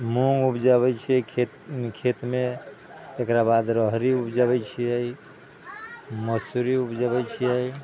मूँग उपजैबे छियै खेतमे तेकरा बाद राहरि उपजैबे छियै मोसुरी उपजैबे छियै